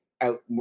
out